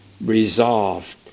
resolved